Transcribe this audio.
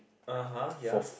(uh huh) ya